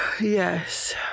Yes